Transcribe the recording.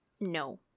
no